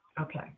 Okay